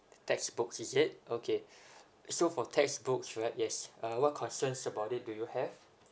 textbooks is it okay so for textbooks right yes uh what concerns about it do you have